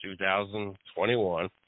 2021